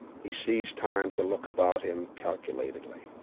he seized time to look about him calculatingly.